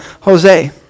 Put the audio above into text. Jose